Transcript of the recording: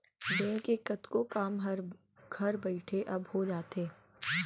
bank के कतको काम हर घर बइठे अब हो जाथे